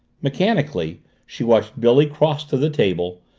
mechanically she watched billy cross to the table,